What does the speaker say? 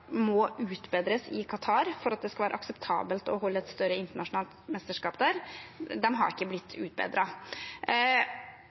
må utbedres i Qatar for at det skal være akseptabelt å holde et større internasjonalt mesterskap der, har